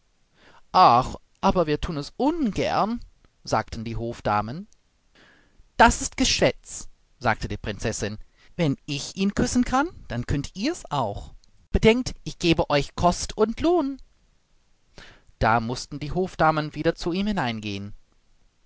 aber wir thun es ungern sagten die hofdamen das ist geschwätz sagte die prinzessin wenn ich ihn küssen kann dann könnt ihr es auch bedenkt ich gebe euch kost und lohn da mußten die hofdamen wieder zu ihm hineingehen